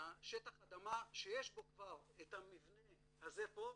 שטח אדמה שיש בו כבר את המבנה הזה פה,